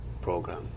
program